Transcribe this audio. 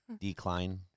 Decline